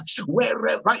wherever